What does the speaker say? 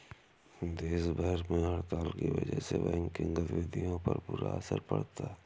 देश भर में हड़ताल की वजह से बैंकिंग गतिविधियों पर बुरा असर पड़ा है